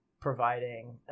providing